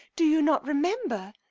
do you not remember?